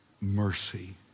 mercy